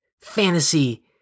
fantasy